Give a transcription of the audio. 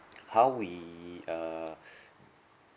how we uh